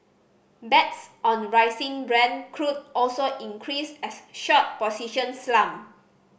bets on rising Brent crude also increased as short positions slumped